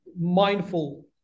mindful